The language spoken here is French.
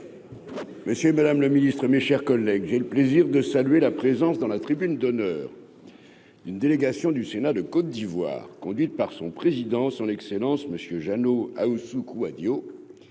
Monsieur et madame le Ministre, mes chers collègues, j'ai le plaisir de saluer la présence dans la tribune d'honneur, une délégation du Sénat de Côte d'Ivoire, conduite par son président, son excellence Monsieur Jeannot Ahoussou Kouadio,